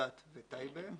ג'ת וטייבה,